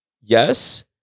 Yes